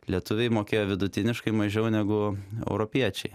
lietuviai mokėjo vidutiniškai mažiau negu europiečiai